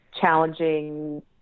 challenging